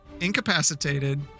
incapacitated